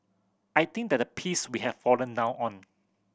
I think that the piece we have fallen down on